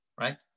right